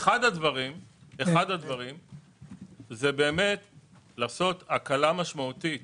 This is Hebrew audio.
אחד הדברים זה לעשות הקלה משמעותית